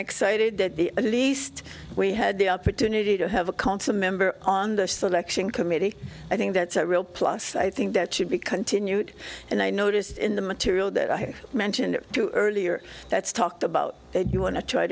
excited that the at least we had the opportunity to have a consummate on the selection committee i think that's a real plus i think that should be continued and i noticed in the material that i mentioned earlier that's talked about that you want to try